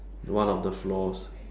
one of the floors